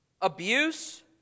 abuse